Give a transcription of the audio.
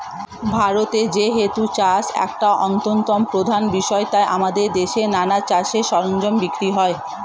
ভারতে যেহেতু চাষ একটা অন্যতম প্রধান বিষয় তাই আমাদের দেশে নানা চাষের সরঞ্জাম বিক্রি হয়